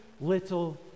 little